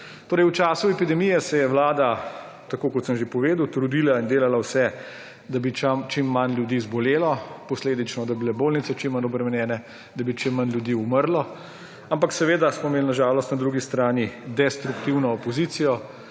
V času epidemije se je vlada, tako kot sem že povedal, trudila in delala vse, da bi čim manj ljudi zbolelo, posledično da bi bile bolnice čim manj obremenjene, da bi čim manj ljudi umrlo, ampak seveda smo imeli na žalost na drugi strani destruktivno opozicijo,